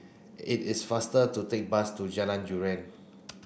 it is faster to take bus to Jalan durian